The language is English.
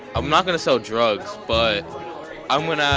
i'm not going to sell drugs, but i'm going to.